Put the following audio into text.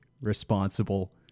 responsible